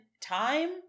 time